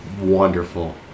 wonderful